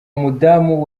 mudamu